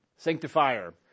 Sanctifier